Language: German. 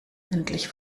endlich